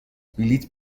بلیط